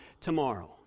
tomorrow